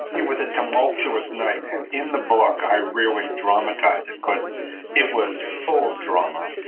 it was a tumultuous night. and in the book, i really dramatize it, because it was full of drama.